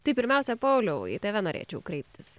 tai pirmiausia pauliau į tave norėčiau kreiptis